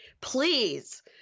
please